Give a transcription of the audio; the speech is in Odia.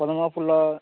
ପଦ୍ମଫୁଲ